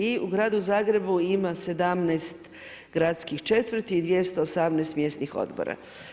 I u Gradu Zagrebu ima 17 gradskih četvrti i 218 mjesnih odbora.